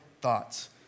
thoughts